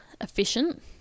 efficient